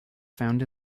found